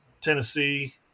Tennessee